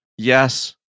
Yes